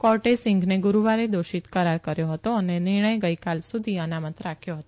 કોર્ટે સિંઘને ગુરૂવારે દોષિત કરાર કર્યો હતો અને નિર્ણય ગઇકાલ સુધી અનામત રાખ્યો હતો